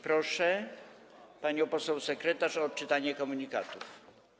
Proszę panią poseł sekretarz o odczytanie komunikatów.